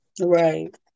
Right